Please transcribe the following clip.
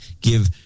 give